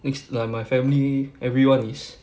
it's like my family everyone is